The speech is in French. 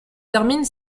termine